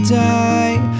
die